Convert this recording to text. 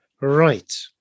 right